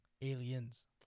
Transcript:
Aliens